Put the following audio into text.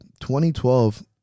2012